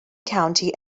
county